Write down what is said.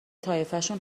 طایفشون